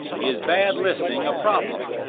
is bad listening a problem?